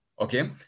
okay